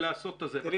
בבקשה.